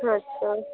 अच्छा